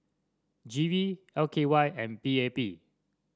G V L K Y and P A P